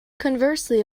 conversely